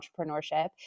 entrepreneurship